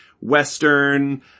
western